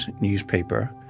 newspaper